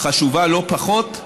חשובות לא פחות,